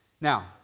now